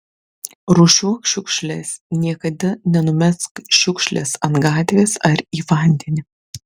rūšiuok šiukšles niekada nenumesk šiukšlės ant gatvės ar į vandenį